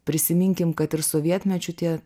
prisiminkim kad ir sovietmečiu tie